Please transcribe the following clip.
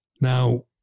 Now